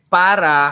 para